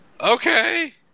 okay